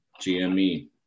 gme